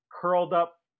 curled-up